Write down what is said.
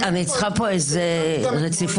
אתך על הנושא של הוצאת